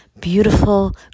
beautiful